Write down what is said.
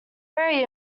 very